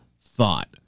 thought